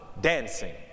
dancing